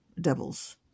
devils